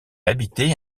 habitait